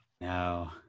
no